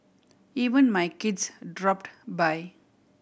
even my kids dropped by